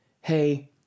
Hey